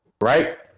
right